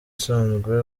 usanzwe